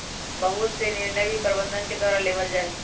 बहुत से निर्णय भी प्रबन्धन के द्वारा लेबल जा हई